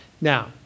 Now